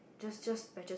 just just patches and